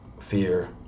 fear